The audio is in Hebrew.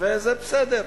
וזה בסדר.